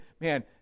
Man